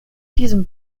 diesem